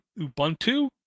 Ubuntu